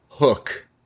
hook